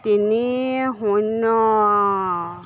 তিনি শূন্য